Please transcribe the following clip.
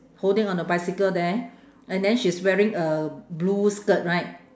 holding on the bicycle there and then she's wearing a blue skirt right